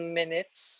minutes